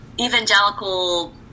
evangelical